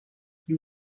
you